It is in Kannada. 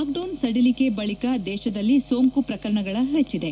ಲಾಕ್ಡೌನ್ ಸಡಿಲಿಕೆ ಬಳಿಕ ದೇಶದಲ್ಲಿ ಸೋಂಕು ಪ್ರಕರಣಗಳ ಹೆಚ್ಚಿದೆ